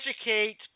educate